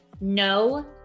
no